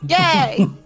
Yay